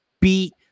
beat